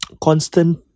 constant